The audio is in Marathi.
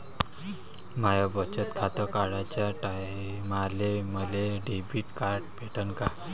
माय बचत खातं काढाच्या टायमाले मले डेबिट कार्ड भेटन का?